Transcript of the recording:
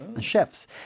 Chefs